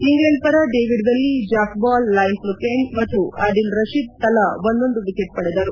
England ಪರ David Willey Jake Ball Liam Plunkett ಮತ್ತು ಅಡಿಲ್ ರಶೀದ್ ತಲಾ ಒಂದೊಂದು ವಿಕೆಟ್ ಪಡೆದರು